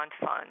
fund